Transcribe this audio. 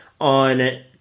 on